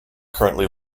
currently